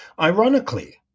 Ironically